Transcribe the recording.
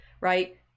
Right